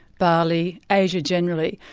bali, asia generally,